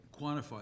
quantify